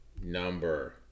number